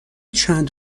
چند